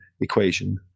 equation